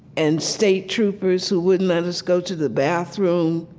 and state troopers who wouldn't let us go to the bathroom,